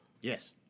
Yes